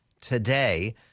today